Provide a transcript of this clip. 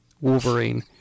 Wolverine